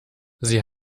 sie